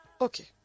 Okay